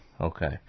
Okay